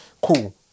cool